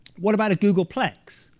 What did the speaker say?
what about a googolplex?